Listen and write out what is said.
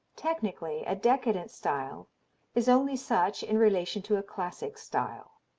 technically a decadent style is only such in relation to a classic style.